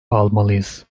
almalıyız